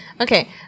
okay